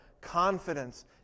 confidence